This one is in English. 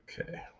Okay